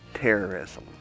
terrorism